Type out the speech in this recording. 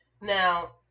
Now